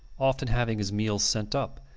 often having his meals sent up,